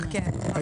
שטמפפר,